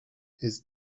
his